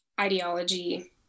ideology